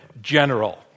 general